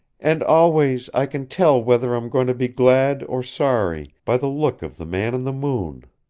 and always i can tell whether i'm going to be glad or sorry by the look of the man in the moon,